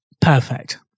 Perfect